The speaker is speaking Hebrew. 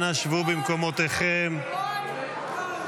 אנא שבו במקומותיכם, כן?